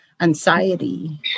anxiety